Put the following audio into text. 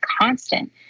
constant